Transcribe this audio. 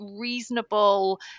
reasonable